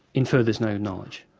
infer there's no knowledge.